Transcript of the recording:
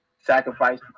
sacrifice